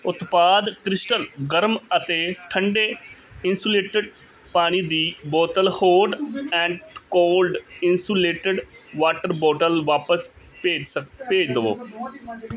ਉਤਪਾਦ ਕ੍ਰਿਸਟਲ ਗਰਮ ਅਤੇ ਠੰਡੇ ਇੰਸੂਲੇਟਿਡ ਪਾਣੀ ਦੀ ਬੋਤਲ hot and cold insulated water bottle ਵਾਪਸ ਭੇਜ ਸ ਭੇਜ ਦਵੋ